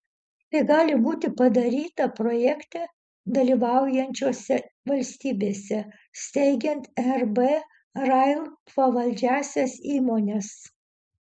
tai gali būti padaryta projekte dalyvaujančiose valstybėse steigiant rb rail pavaldžiąsias įmones